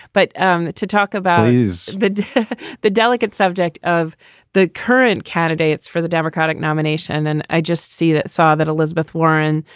but um to talk about is the the delicate subject of the current candidates for the democratic nomination and then i just see that saw that elizabeth warren,